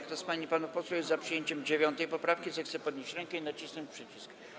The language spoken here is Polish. Kto z pań i panów posłów jest za przyjęciem 9. poprawki, zechce podnieść rękę i nacisnąć przycisk.